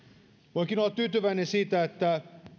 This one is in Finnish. voinkin olla tyytyväinen siitä että